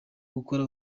gukora